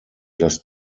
dass